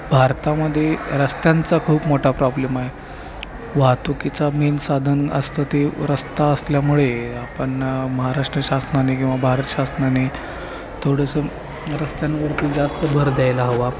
भारतामध्ये रस्त्यांचा खूप मोठा प्रॉब्लेम आहे वाहतुकीचा मेन साधन असतं ते रस्ता असल्यामुळे आपण महाराष्ट्र शासनाने किंवा भारत शासनाने थोडंसं रस्त्यांवरती जास्त भर द्यायला हवा